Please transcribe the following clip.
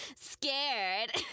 scared